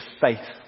faith